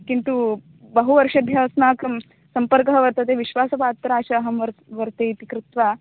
किन्तु बहु वर्षेभ्यः अस्माकं सम्पर्कः वर्तते विश्वासपात्रा च अहं वर् वर्ते इति कृत्वा